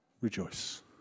Rejoice